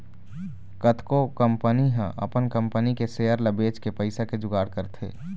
कतको कंपनी ह अपन कंपनी के सेयर ल बेचके पइसा के जुगाड़ करथे